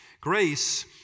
Grace